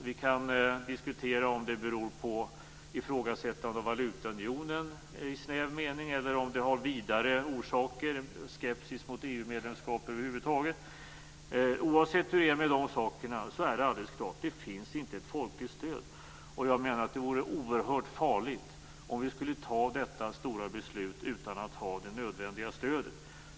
Vi kan diskutera om det beror på ett ifrågasättande av valutaunionen i snäv mening eller om det har vidare orsaker, t.ex. en skepsis mot EU-medlemskap över huvud taget. Men oavsett hur det är med dessa saker är det alldeles klart: Det finns inget folkligt stöd. Jag menar att det vore oerhört farligt om vi skulle fatta detta stora beslut utan att ha det nödvändiga stödet.